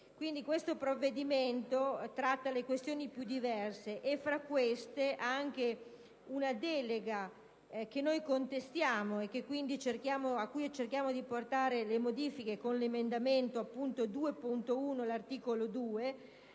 Il provvedimento in esame tratta le questioni più diverse e fra queste anche una delega che noi contestiamo, a cui cerchiamo di apportare le modifiche con l'emendamento 2.1 all'articolo 2,